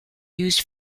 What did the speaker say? used